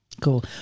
Cool